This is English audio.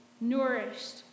nourished